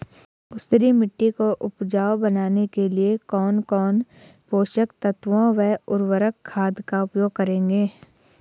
ऊसर मिट्टी को उपजाऊ बनाने के लिए कौन कौन पोषक तत्वों व उर्वरक खाद का उपयोग करेंगे?